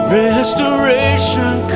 restoration